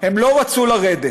"הם לא רצו לרדת.